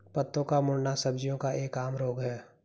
पत्तों का मुड़ना सब्जियों का एक आम रोग है